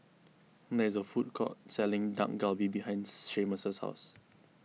there is a food court selling Dak Galbi behind Seamus' house